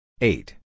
Eight